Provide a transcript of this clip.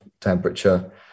temperature